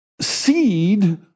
seed